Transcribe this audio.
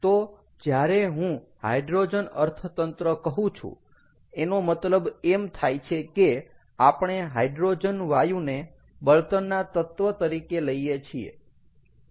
તો જ્યારે હું હાઈડ્રોજન અર્થતંત્ર કહું છું એનો મતલબ એમ થાય છે કે આપણે હાઈડ્રોજન વાયુને બળતણના તત્ત્વ તરીકે લઈએ છીએ